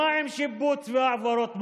מה עם שיבוץ והעברות מורים?